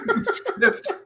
script